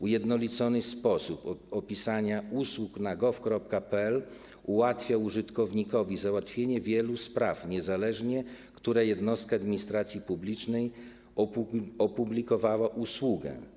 Ujednolicony sposób opisania usług na gov.pl ułatwia użytkownikowi załatwienie wielu spraw niezależnie od tego, która jednostka administracji publicznej opublikowała usługę.